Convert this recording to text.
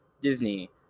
Disney